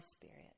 spirit